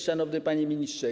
Szanowny Panie Ministrze!